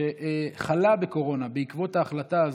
שחלה בקורונה בעקבות ההחלטה הזאת,